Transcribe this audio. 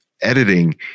editing